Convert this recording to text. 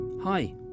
Hi